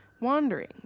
wandering